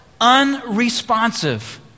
unresponsive